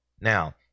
Now